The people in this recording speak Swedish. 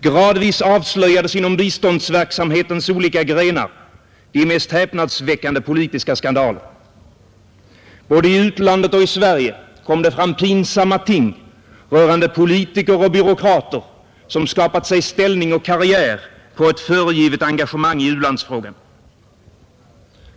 Gradvis avslöjades inom biståndsverksamhetens olika grenar de mest häpnadsväckande politiska skandaler. Både i utlandet och i Sverige kom det fram pinsamma ting rörande politiker och byråkrater som skapat sig ställning och karriär på ett föregivet engagemang i u-landsfrågan.